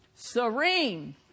Serene